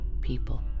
people